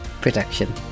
production